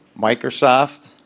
Microsoft